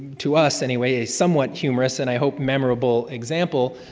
to us anyway, a somewhat humorous, and i hope, memorable example,